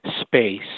space